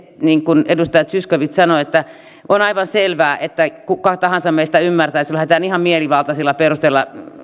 niin kuin edustaja zyskowicz sanoi että on aivan selvää että kuka tahansa meistä ymmärtää että silloin lähdetään ihan mielivaltaisilla perusteilla